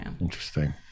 interesting